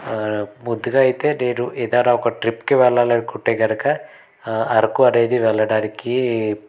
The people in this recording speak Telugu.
ముందుగా అయితే నేను ఏదన్నా ఒక ట్రిప్కి వెళ్ళాలనుకుంటే గనక అరకు అనేది వెళ్ళడానికి